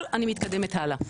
אבל אני מתקדמת הלאה,